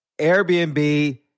Airbnb